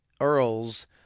Earls